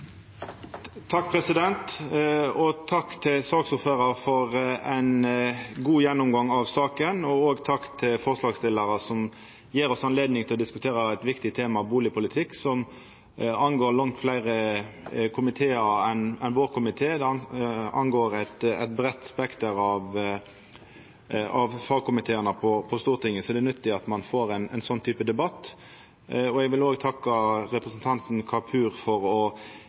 Takk til saksordføraren for ein god gjennomgang av saka, og takk til forslagsstillarane, som gjev oss anledning til å diskutera eit viktig tema, bustadpolitikk, som angår langt fleire komitear enn vår. Det angår eit breitt spekter av fagkomitear på Stortinget, så det er nyttig at ein får ein slik debatt. Eg vil òg takka representanten Kapur for å